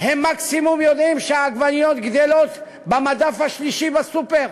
הם מקסימום יודעים שהעגבניות גדלות במדף השלישי בסופר,